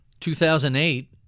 2008-